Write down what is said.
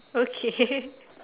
okay